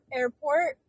airport